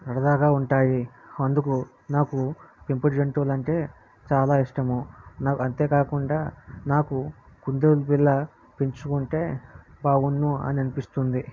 సరదాగా ఉంటాయి అందుకు నాకు పెంపుడు జంతువులు అంటే చాలా ఇష్టము నా అంతేకాకుండా నాకు కుందేలు పిల్ల పెంచుకుంటే బాగుండ్ను అని అనిపిస్తుంది